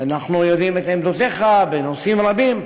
ואנחנו יודעים את עמדותיך בנושאים רבים.